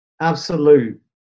absolute